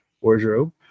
wardrobe